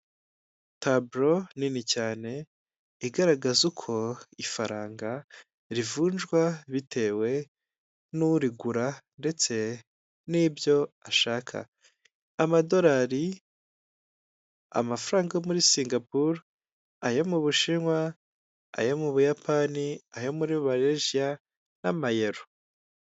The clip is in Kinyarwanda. Table nini cyane igaragaza uko ifaranga rivunjwa bitewe n'urigura ndetse n'ibyo ashaka, amadolari, amafaranga yo muri Singapore, ayo mu Bushinwa, ayo mu Buyapani, ayo muri Malezia n'Amayero.